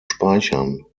speichern